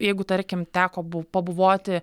jeigu tarkim teko bu pabuvoti